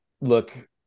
Look